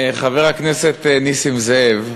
חבר הכנסת נסים זאב,